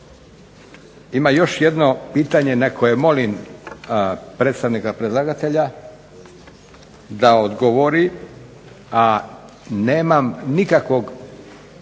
Ima još jedno pitanje na koje molim predstavnika predlagatelja da odgovori, a nemam nikakvog,